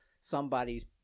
somebody's